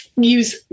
use